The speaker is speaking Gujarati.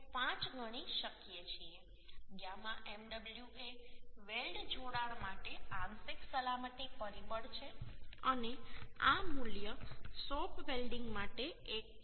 5 ગણી શકીએ છીએ γ mw એ વેલ્ડ જોડાણ માટે આંશિક સલામતી પરિબળ છે અને આ મૂલ્ય શોપ વેલ્ડીંગ માટે 1